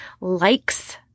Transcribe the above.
likes